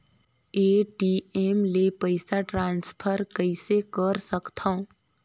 ATM ले पईसा transfer कइसे कर सकथव?